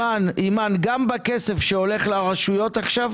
גם בכסף שהולך לרשויות עכשיו